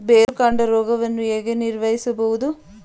ಬೇರುಕಾಂಡ ರೋಗವನ್ನು ಹೇಗೆ ನಿರ್ವಹಿಸಬಹುದು?